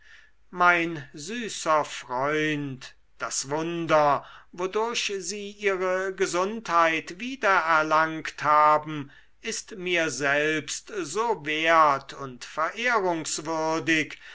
mein süßer freund das wunder wodurch sie ihre gesundheit wiedererlangt haben ist mir selbst so wert und